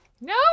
No